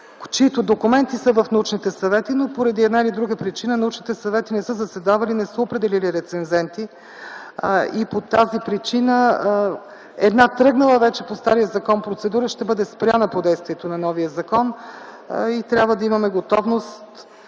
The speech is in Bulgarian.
чиито документи са в научните съвети, но по една или друга причини научните съвети не са заседавали и не са определили рецензенти, като по тази причина една тръгнала по стария закон процедура ще бъде спряна по действието на новия закон. Трябва да имаме готовност